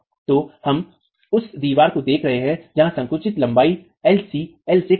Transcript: तो हम उस दीवार को देख रहे हैं जहां संकुचित लंबाई lc l से कम है